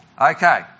Okay